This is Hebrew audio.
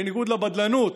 בניגוד לבדלנות,